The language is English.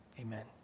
Amen